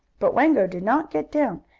but wango did not get down,